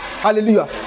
Hallelujah